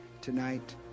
tonight